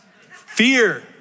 Fear